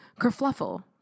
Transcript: kerfluffle